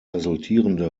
resultierende